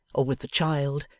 or with the child,